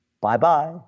Bye-bye